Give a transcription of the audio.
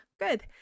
good